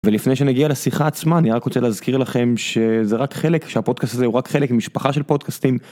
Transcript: ולפני שנגיע לשיחה עצמה אני רק רוצה להזכיר לכם שזה רק חלק, שהפודקאסט הזה הוא רק חלק ממשפחה של פודקאסטים.